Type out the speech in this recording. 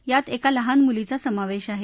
यात एका लहान मुलीचा समावेश आहे